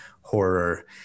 horror